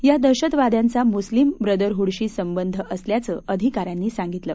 या दहशतवाद्यांचा मुस्लिम ब्रदरहूडशी संबंध असल्याचं अधिकाऱ्यांनी सांगितलं